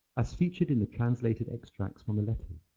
as featured in the translated extracts from the letters